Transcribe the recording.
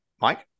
Mike